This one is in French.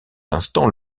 instant